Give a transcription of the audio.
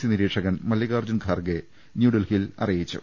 C നിരീക്ഷകൻ മല്ലികാർജ്ജുൻ ഗാർഗെ ന്യൂഡൽഹിയിൽ അറിയിച്ചു